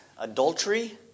adultery